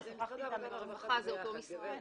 זה אותו משרד.